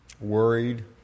worried